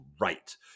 right